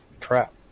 Crap